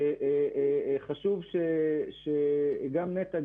חשוב שגם נת"ע,